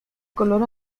color